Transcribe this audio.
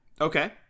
Okay